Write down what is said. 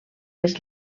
més